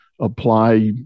apply